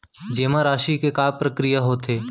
जेमा राशि के का प्रक्रिया होथे?